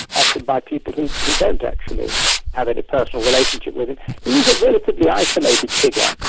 often by people who don't actually have any personal relationship with him. he's a relatively isolated figure.